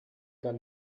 kann